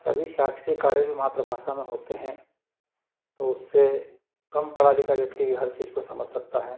सभी शासकीय कार्य भी मात्र भाषा में होते हैं तो उससे कम पढ़ा लिखा व्यक्ति हर चीज़ को समझ सकता है